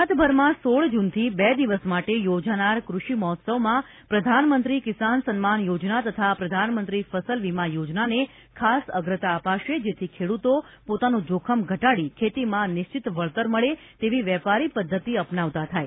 ગુજરાતભરમાં સોળ જૂનથી બે દિવસ માટે યોજાનાર કૃષિ મહોત્સવમાં પ્રધાનમંત્રી કિસાન સન્માન યોજના તથા પ્રધાનમંત્રી ફસલ વિમા યોજનાને ખાસ અગ્રતા અપાશે જેથી ખેડૂતો પોતાનું જોખમ ઘટાડી ખેતીમાં નિશ્ચિત વળતર મળે તેવી વેપારી પદ્ધતિ અપનાવતા થાય